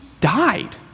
died